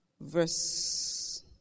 Verse